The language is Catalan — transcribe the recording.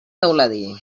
teuladí